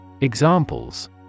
Examples